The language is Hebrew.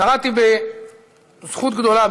קראתי בזכות גדולה,